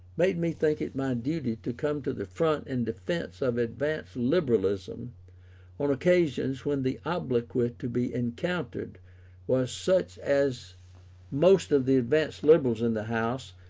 made me think it my duty to come to the front in defence of advanced liberalism on occasions when the obloquy to be encountered was such as most of the advanced liberals in the house,